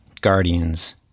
guardians